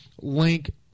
link